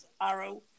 arrow